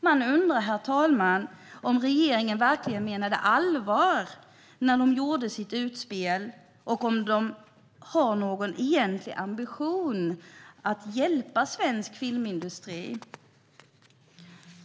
Jag undrar, herr talman, om regeringen verkligen menade allvar när man gjorde sitt utspel och om man har någon egentlig ambition att hjälpa svensk filmindustri.